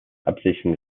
absichten